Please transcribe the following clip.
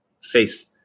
face